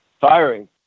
Firing